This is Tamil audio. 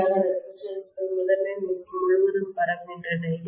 வெளிப்படையாக ரெசிஸ்டன்ஸ்கள் முதன்மை முறுக்கு முழுவதும் பரவுகின்றன